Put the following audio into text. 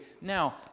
now